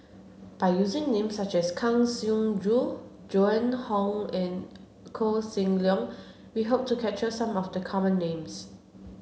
by using names such as Kang Siong Joo Joan Hon and Koh Seng Leong we hope to capture some of the common names